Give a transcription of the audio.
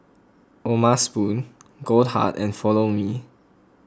O'ma Spoon Goldheart and Follow Me